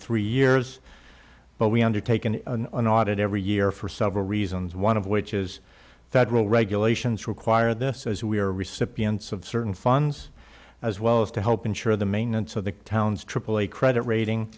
three years but we undertaken an audit every year for several reasons one of which is federal regulations require this as we are recipients of certain funds as well as to help insure the maintenance of the town's aaa credit rating